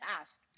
ask